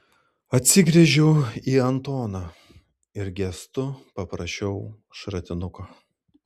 atsigręžiau į antoną ir gestu paprašiau šratinuko